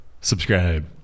subscribe